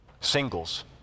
Singles